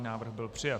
Návrh byl přijat.